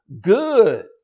good